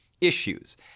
issues